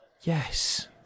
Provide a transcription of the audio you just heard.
Yes